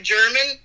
German